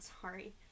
Sorry